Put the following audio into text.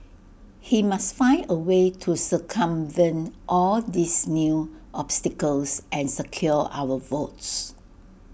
he must find A way to circumvent all these new obstacles and secure our votes